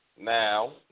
Now